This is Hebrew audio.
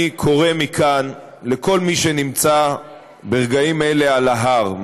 אני קורא מכאן לכל מי שנמצא ברגעים אלה על ההר,